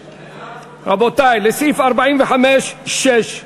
רבותי, לסעיף 45(6),